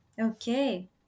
Okay